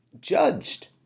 judged